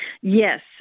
Yes